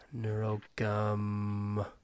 NeuroGum